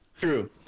True